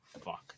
fuck